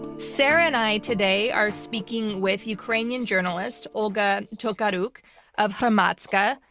sarah and i today are speaking with ukrainian journalist olga tokariuk of hromadske ah